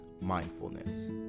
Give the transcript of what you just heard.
mindfulness